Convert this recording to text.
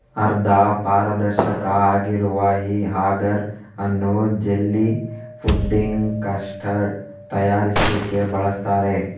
ಅರ್ಧ ಪಾರದರ್ಶಕ ಆಗಿರುವ ಈ ಅಗರ್ ಅನ್ನು ಜೆಲ್ಲಿ, ಫುಡ್ಡಿಂಗ್, ಕಸ್ಟರ್ಡ್ ತಯಾರಿಸ್ಲಿಕ್ಕೆ ಬಳಸ್ತಾರೆ